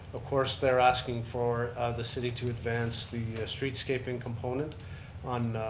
of course, they're asking for the city to advance the streetscaping component on